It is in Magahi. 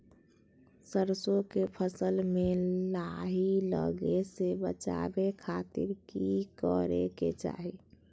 सरसों के फसल में लाही लगे से बचावे खातिर की करे के चाही?